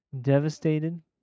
devastated